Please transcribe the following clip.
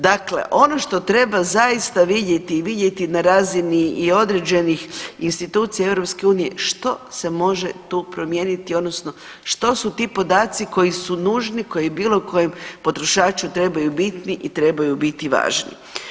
Dakle, ono što treba zaista vidjeti i vidjeti na razini i određenih institucija EU, što se može tu promijeniti odnosno što su ti podaci koj su nužni, koji bilo kojem potrošaču trebaju bitni i trebaju biti važni.